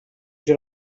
seu